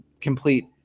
complete